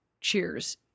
cheers